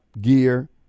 gear